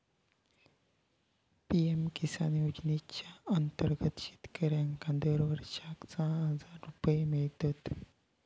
PM Kisan योजनेच्या अंतर्गत शेतकऱ्यांका दरवर्षाक सहा हजार रुपये मिळतत